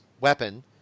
weapon